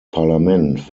parlament